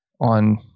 on